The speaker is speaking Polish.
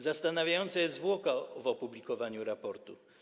Zastanawiająca jest zwłoka w opublikowaniu raportu.